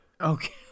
Okay